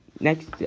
Next